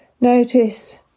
notice